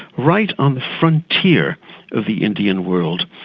right on the frontier of the indian world,